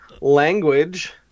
Language